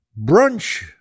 Brunch